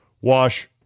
Wash